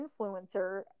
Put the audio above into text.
influencer